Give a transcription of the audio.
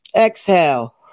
Exhale